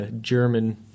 German